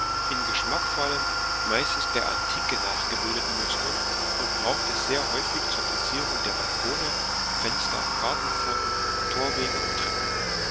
in geschmackvollen meistens der antike nachgebildeten mustern und braucht es sehr häufig zur verzierung der balkone fenster gartenpforten torwege und treppen